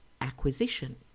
acquisition